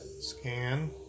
Scan